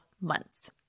months